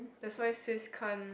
that's why sis can't